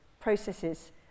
processes